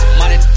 money